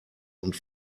und